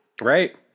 Right